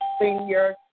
Senior